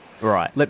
Right